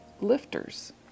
Lifters